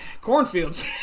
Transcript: Cornfields